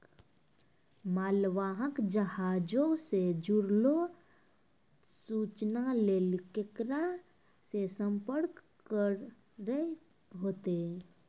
मालवाहक जहाजो से जुड़लो सूचना लेली केकरा से संपर्क करै होतै?